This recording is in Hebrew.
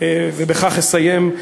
ובכך אסיים,